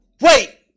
Wait